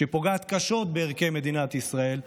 שפוגעת קשות בערכי מדינת ישראל,